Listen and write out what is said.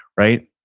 right?